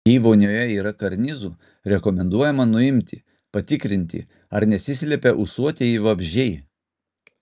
jei vonioje yra karnizų rekomenduojama nuimti patikrinti ar nesislepia ūsuotieji vabzdžiai